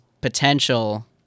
potential